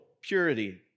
purity